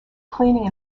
cleaning